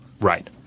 Right